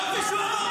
זה חוק שאם עכשיו